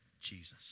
Jesus